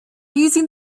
using